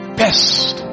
best